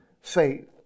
faith